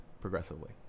progressively